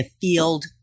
field